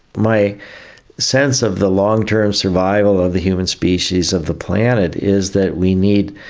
my sense of the long-term survival of the human species, of the planet, is that we need